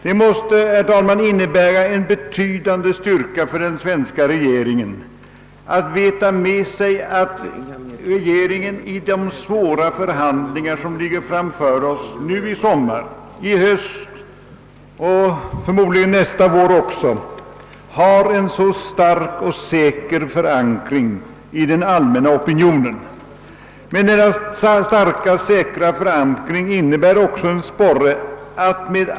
Det måste innebära en betydande styrka för den svenska regeringen att veta att den i de svåra förhandlingar som ligger framför oss nu i sommar, i höst — och förmodligen också nästa vår — har en så stark och säker förankring i den allmänna opinionen. Denna starka förankring innebär också en sporre till att med.